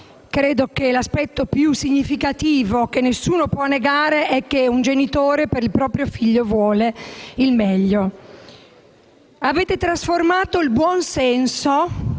credo che l'aspetto più significativo, che nessuno può negare, è che un genitore per il proprio figlio vuole il meglio. Avete trasformato il buonsenso,